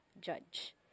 judge